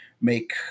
make